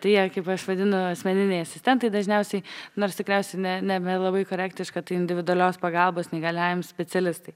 tai jie kaip aš vadinu asmeniniai asistentai dažniausiai nors tikriausiai ne nebe labai korektiška tai individualios pagalbos neįgaliajam specialistai